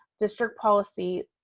district policy,